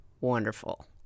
Wonderful